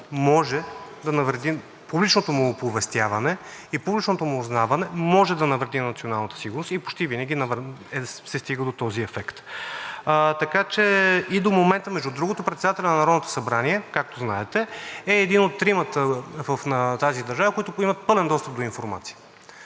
може да навреди – публичното му оповестяване и публичното му узнаване може да навреди на националната сигурност и почти винаги се стига до този ефект. Така че и до момента… Между другото, председателят на Народното събрание, както знаете, е един от тримата в тази държава, които имат пълен достъп до информация.